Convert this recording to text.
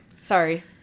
sorry